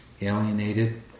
alienated